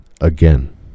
again